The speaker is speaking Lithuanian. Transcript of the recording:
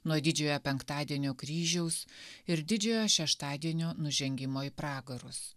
nuo didžiojo penktadienio kryžiaus ir didžiojo šeštadienio nužengimo į pragarus